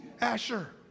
Asher